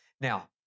Now